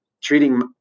treating